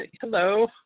hello